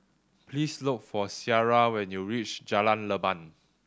please look for Ciara when you reach Jalan Leban